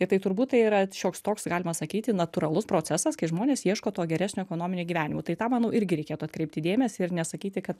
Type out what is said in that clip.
ir tai turbūt tai yra šioks toks galima sakyti natūralus procesas kai žmonės ieško to geresnio ekonominio gyvenimo tai į tą manau irgi reikėtų atkreipti dėmesį ir nesakyti kad